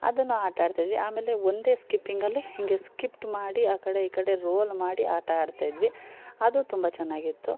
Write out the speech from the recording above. ಅದನ್ನು ಆಟ ಆಡ್ತಾಯಿದ್ವಿ ಆಮೇಲೆ ಒಂದೇ ಸ್ಕಿಪ್ಪಿಂಗಲ್ಲಿ ಹಿಂಗೆ ಸ್ಕಿಪ್ಡ್ ಮಾಡಿ ಆ ಕಡೆ ಈ ಕಡೆ ರೋಲ್ ಮಾಡಿ ಆಟ ಆಡ್ತಿದ್ವಿ ಅದು ತುಂಬ ಚೆನ್ನಾಗಿತ್ತು